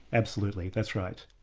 absolutely, that's right.